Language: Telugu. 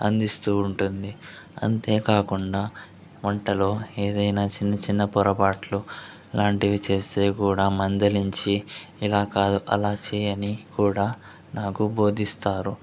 అందిస్తూ ఉంటుంది అంతేకాకుండా వంటలో ఏదైనా చిన్న చిన్న పొరపాట్లు ఇలాంటివి చేస్తే కూడా మందలించి ఇలా కాదు అలా చేయి అని కూడా నాకు బోధిస్తారు